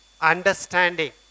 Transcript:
understanding